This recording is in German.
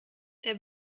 der